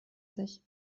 sich